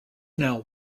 now